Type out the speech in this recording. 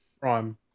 Prime